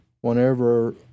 whenever